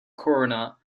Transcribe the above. corona